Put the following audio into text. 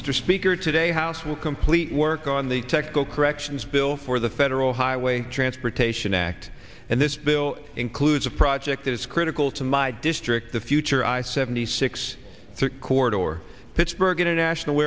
mr speaker today house will complete work on the technical corrections bill for the federal highway transportation act and this bill includes a project that is critical to my district the future i seventy six chord or pittsburgh international